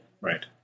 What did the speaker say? right